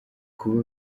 kuba